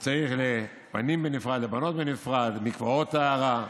שצריך לבנים בנפרד, לבנות בנפרד, מקוואות טהרה.